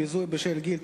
ביזוי בשל גיל),